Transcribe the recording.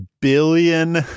billion